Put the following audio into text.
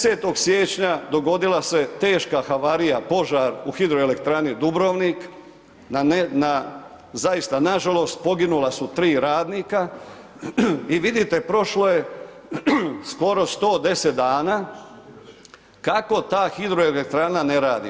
10. siječnja, dogodila se teška havarija, požar u hidroelektrani Dubrovnik, zaista nažalost, poginula su 3 radnika i vidite prošlo je skoro 110 dana, kako ta hidroelektrana ne radi.